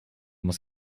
muss